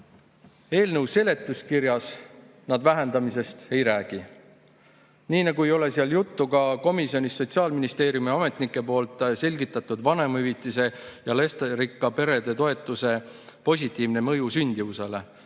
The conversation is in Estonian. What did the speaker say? Eelnõu seletuskirjas nad vähendamisest ei räägi. Nii nagu ei ole seal juttu ka komisjonis Sotsiaalministeeriumi ametnike poolt selgitatud vanemahüvitise ja lasterikaste perede toetuse positiivsest mõjust sündimusele.